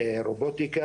תודה רבה לך מופיד,